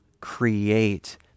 create